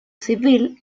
civil